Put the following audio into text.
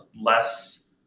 less